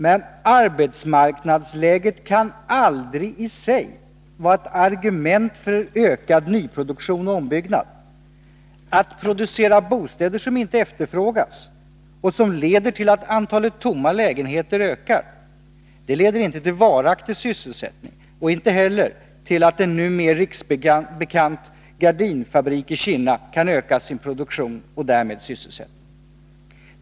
Men arbetsmarknadsläget i sig kan aldrig vara ett argument för ökad nyproduktion och ombyggnad. Att producera bostäder som inte efterfrågas leder till att antalet tomma lägenheter ökar — inte till varaktig sysselsättning och inte heller till att en numera riksbekant gardinfabrik i Kinna kan öka sin produktion och därmed sysselsättningen.